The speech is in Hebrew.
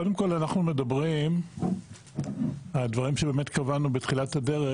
קודם כל אנחנו מדברים על דברים שבאמת קבענו בתחילת הדרך,